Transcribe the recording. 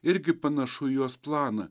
irgi panašu į jos planą